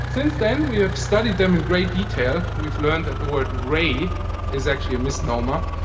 since then we have studied them in great detail. we've learned that the word ray is actually a misnomer.